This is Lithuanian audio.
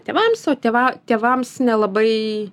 tėvams o tėva tėvams nelabai